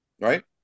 right